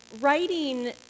writing